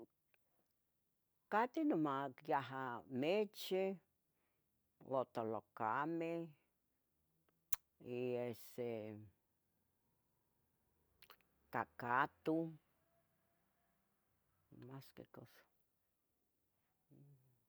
Sentiroua cuali neh nosentiroua pos ni, nifuerte, ni, nosentiroua co, como, ua nechmaca buena comida pos nitlacua, ua tla quo amo nechmacah miac comida pos sa unteh tlaxcali, yeteh tlaxcali y ya, y cuando nechmacah miac nechmaca cuali comida pos es pos ya nitlacua ino.